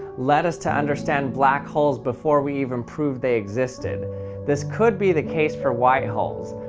let us to understand black holes before we even proved they existed this could be the case for white holes,